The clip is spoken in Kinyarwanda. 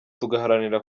tugaharanira